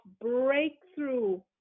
breakthrough